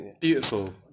Beautiful